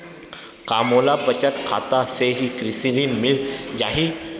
का मोला बचत खाता से ही कृषि ऋण मिल जाहि?